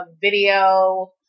video